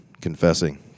confessing